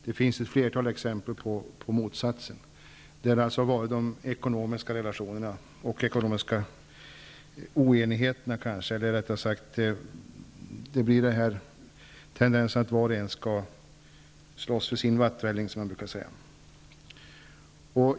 Det finns ett flertal exempel på motsatsen, där alltså de ekonomiska relationerna varit avgörande -- var och en skall slåss för sin vattvälling, som man brukar säga.